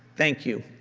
thank you.